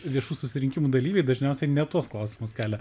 viešų susirinkimų dalyviai dažniausiai ne tuos klausimus kelia